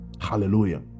hallelujah